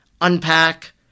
unpack